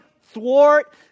thwart